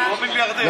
לבוא מיליארדר.